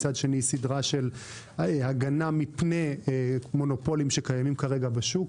מצד שני סדרה של הגנה מפני מונופולים שקיימים כרגע בשוק.